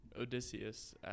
Odysseus